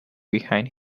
behind